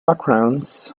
backgrounds